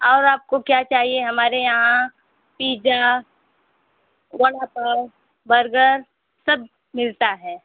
और आपको क्या चाहिए हमारे यहाँ पीजा वड़ा पाव बर्गर सब मिलता है